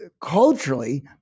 culturally